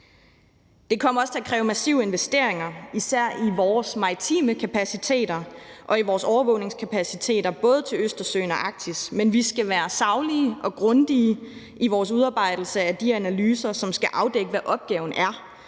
Det kommer også til at kræve massive investeringer i især vores maritime kapaciteter og i vores overvågningskapaciteter både i Østersøen og i Arktis, men vi skal være saglige og grundige i vores udarbejdelse af de analyser, som skal afdække, hvad opgaven er,